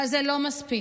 אבל זה לא מספיק,